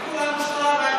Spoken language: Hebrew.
בוא ונראה,